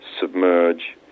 submerge